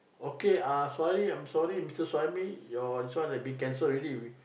okay ah sorry I'm sorry Mister Suhaimi your this one been cancelled already